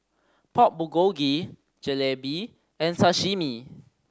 Pork Bulgogi Jalebi and Sashimi